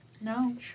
No